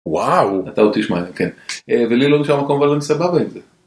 וואו, אתה עוד תשמע, כן, ולי לא נשאר מקום אבל אני סבבה עם זה.